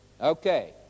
Okay